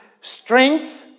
strength